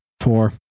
Four